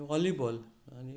आनी वॉलीबॉल